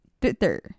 Twitter